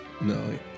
No